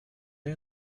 you